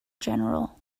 general